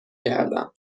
کردم